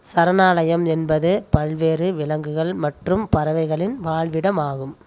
சரணாலயம் என்பது பல்வேறு விலங்குகள் மற்றும் பறவைகளின் வாழ்விடம் ஆகும்